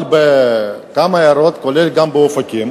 אבל בכמה עיירות וגם באופקים